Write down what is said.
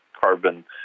carbon